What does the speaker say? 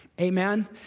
Amen